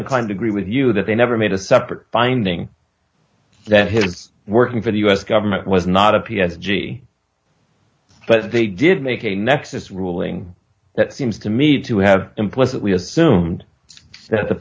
inclined to agree with you that they never made a separate finding that his working for the us government was not a p s g but they did make a nexus ruling that seems to me to have implicitly assumed that